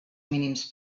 mínims